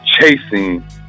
chasing